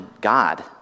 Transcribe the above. God